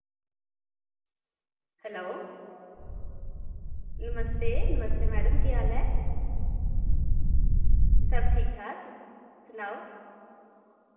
hello नमस्ते नमस्ते madam केह् हाल ऐ सब ठीक ठाक तुस सनाओ